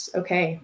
okay